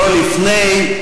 לא לפני,